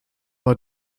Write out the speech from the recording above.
war